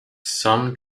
some